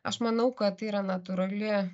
aš manau kad tai yra natūrali